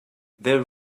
there